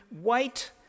wait